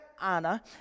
Anna